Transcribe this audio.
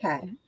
okay